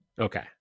Okay